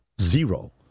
zero